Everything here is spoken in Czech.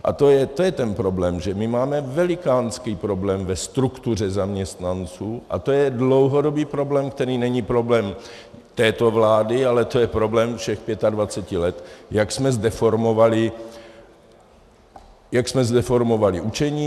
A to je ten problém, že my máme velikánský problém ve struktuře zaměstnanců, a to je dlouhodobý problém, který není problém této vlády, ale to je problém všech pětadvaceti let, jak jsme zdeformovali učení.